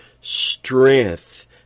strength